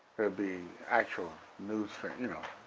be actual newsreels, you know